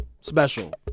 special